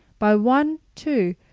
by one, too,